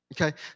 okay